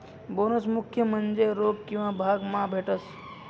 bonus मुख्य म्हन्जे रोक किंवा भाग मा भेटस